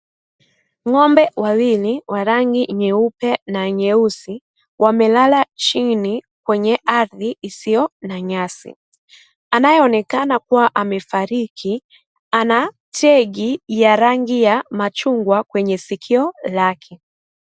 Ng'ombe wawili wa rangi nyeupe na nyeusi wamelala chini kwenye ardhi isiyo na nyasi. anayeonekana kuwa amefariki ana tegi ya rangi ya machungwa kwenye sikio lake.